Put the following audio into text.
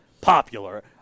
popular